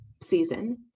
season